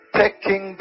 taking